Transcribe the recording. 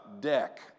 deck